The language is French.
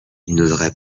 n’oserait